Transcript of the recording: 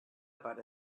about